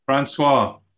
Francois